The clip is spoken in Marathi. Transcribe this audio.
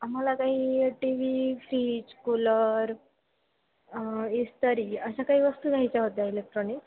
आम्हाला काही टी वी फ्रीज कूलर इस्त्री अशा काही वस्तू घ्यायच्या होत्या इलेक्ट्रॉनिक